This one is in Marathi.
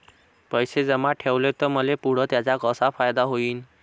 पैसे जमा ठेवले त मले पुढं त्याचा कसा फायदा होईन?